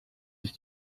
sich